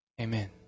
Amen